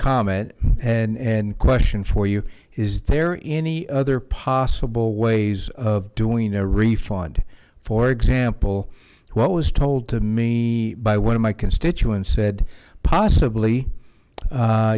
comment and and question for you is there any other possible ways of doing a refund for example what was told to me by one of my constituents said possibly